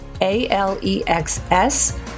A-L-E-X-S